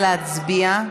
נא להצביע.